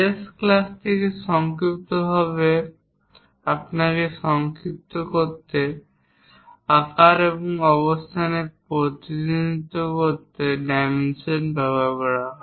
শেষ ক্লাস থেকে সংক্ষিপ্তভাবে আপনাকে সংক্ষিপ্ত করতে আকার এবং অবস্থানের প্রতিনিধিত্ব করতে ডাইমেনশন ব্যবহার করা হয়